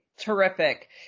Terrific